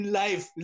life